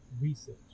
Research